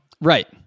Right